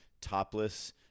topless